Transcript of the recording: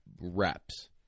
reps